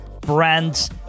brands